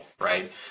right